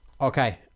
Okay